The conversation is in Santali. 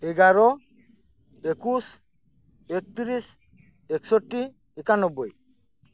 ᱮᱜᱟᱨᱚ ᱮᱠᱩᱥ ᱛᱮᱛᱛᱨᱤᱥ ᱮᱠᱥᱚᱴᱴᱤ ᱮᱠᱟᱱᱚᱵᱽᱵᱚᱭ